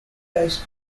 based